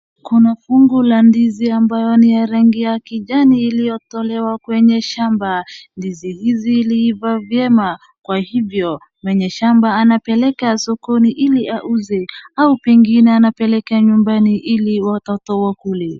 Kuna fungu la ndizi ambayo ni ya rangi ya kijani iliyotolewa kwenye shamba. ndizi hizi iliiva vyema kwa hivyo mwenye shamba anapeleka sokoni ili auze au pengine anapeleka nyumbani ili watoto wakule.